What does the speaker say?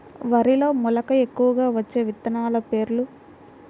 వరిలో మెలక ఎక్కువగా వచ్చే విత్తనాలు పేర్లు?